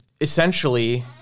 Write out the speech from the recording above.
essentially